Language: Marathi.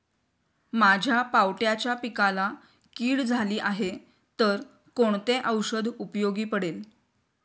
माझ्या पावट्याच्या पिकाला कीड झाली आहे तर कोणते औषध उपयोगी पडेल?